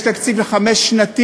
יש תקציב חמש-שנתי,